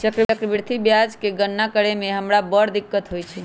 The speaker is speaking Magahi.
चक्रवृद्धि ब्याज के गणना करे में हमरा बड़ दिक्कत होइत रहै